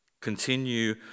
Continue